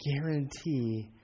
guarantee